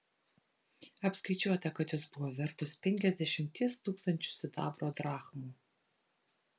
apskaičiuota kad jos buvo vertos penkiasdešimties tūkstančių sidabro drachmų